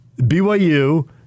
BYU